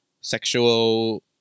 sexual